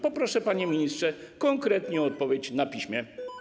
Poproszę, panie ministrze, konkretnie o odpowiedź na piśmie.